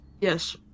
Yes